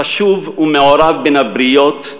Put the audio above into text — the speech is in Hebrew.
קשוב ומעורב בין הבריות,